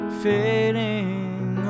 fading